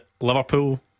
Liverpool